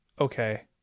okay